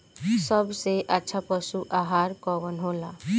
सबसे अच्छा पशु आहार कवन हो ला?